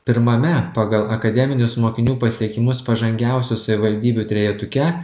pirmame pagal akademinius mokinių pasiekimus pažangiausių savivaldybių trejetuke